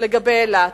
לגבי אילת,